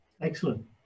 Excellent